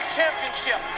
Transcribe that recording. Championship